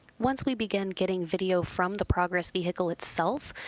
once we begin getting video from the progress vehicle itself,